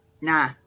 nah